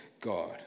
God